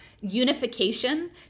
unification